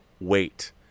wait